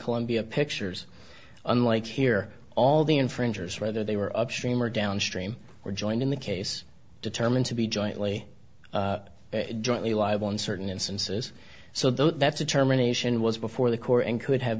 columbia pictures unlike here all the infringers whether they were upstream or downstream were joined in the case determined to be jointly jointly liable in certain instances so that's a terminations it was before the court and could have